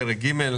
פרק ג',